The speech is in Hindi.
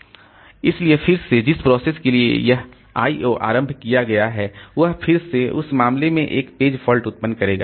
इसलिए फिर से जिस प्रोसेस के लिए यह I O आरंभ किया गया है वह फिर से उस मामले में एक पेज फॉल्ट उत्पन्न करेगा